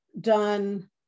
done